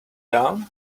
down